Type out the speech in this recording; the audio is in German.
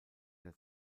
der